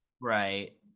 Right